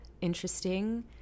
interesting